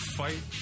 fight